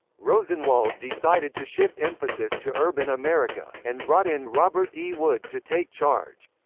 rosenwald decided to shift emphasis to urban america, and brought in robert e. wood to take charge.